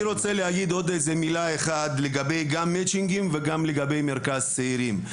אני רוצה להגיד עוד מילה אחת גם לגבי מצ'ינגים וגם לגבי מרכז צעירים,